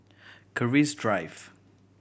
Keris Drive